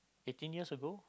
eighteen years ago